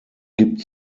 gibt